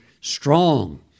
strong